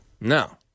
No